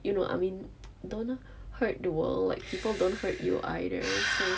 you know I mean don't uh hurt the world like people don't hurt you either so